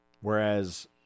Whereas